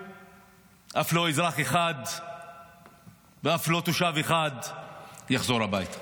אף לא אזרח אחד ואף לא תושב אחד יחזור הביתה,